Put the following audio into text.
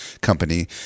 company